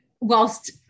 whilst